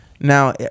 now